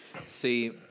See